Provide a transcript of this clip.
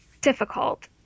difficult